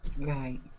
Right